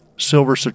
Silver